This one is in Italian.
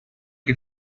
che